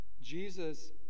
Jesus